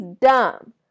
dumb